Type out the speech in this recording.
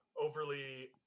Overly